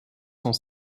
sont